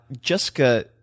Jessica